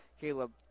Caleb